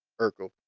Urkel